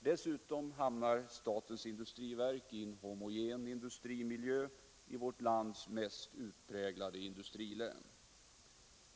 Dessutom hamnar statens industriverk i en homogen industrimiljö i vårt lands mest utpräglade industrilän.